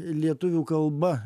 lietuvių kalba